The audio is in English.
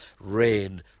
rain